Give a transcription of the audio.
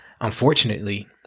unfortunately